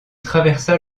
traversa